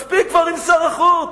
מספיק כבר עם שר החוץ.